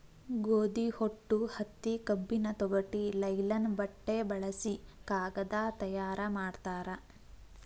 ಗೋದಿ ಹೊಟ್ಟು ಹತ್ತಿ ಕಬ್ಬಿನ ತೊಗಟಿ ಲೈಲನ್ ಬಟ್ಟೆ ಬಳಸಿ ಕಾಗದಾ ತಯಾರ ಮಾಡ್ತಾರ